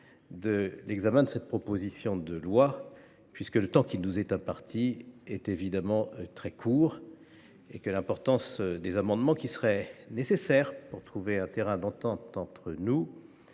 de l’examen de cette proposition de loi, puisque le temps qui nous est imparti est à l’évidence très court et que le nombre et la complexité des amendements qui seraient nécessaires pour trouver un terrain d’entente entre nous